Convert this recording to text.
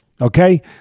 Okay